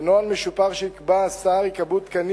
בנוהל משופר שיקבע השר ייקבעו תקנים